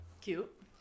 Cute